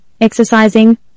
exercising